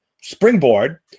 Springboard